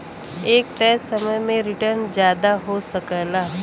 एक तय समय में रीटर्न जादा हो सकला